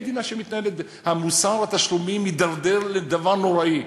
מוסר התשלומים מידרדר לדבר נוראי.